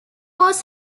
was